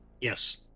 yes